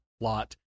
Lot